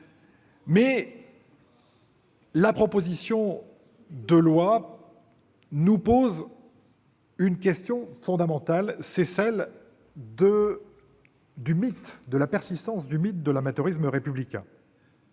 ! La proposition de loi pose une question fondamentale, celle de la persistance du mythe de l'amateurisme républicain.